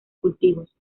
cultivos